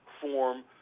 form